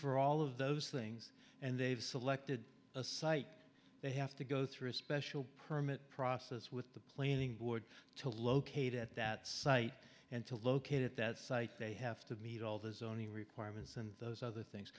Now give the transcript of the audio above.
for all of those things and they've selected a site they have to go through a special permit process with the planning board to locate at that site and to locate at that site they have to meet all the zoning requirements and those other things